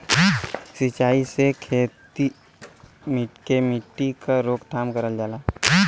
सिंचाई से खेती के मट्टी क रोकथाम करल जाला